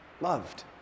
loved